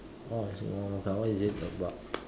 oh is it one more card what is it about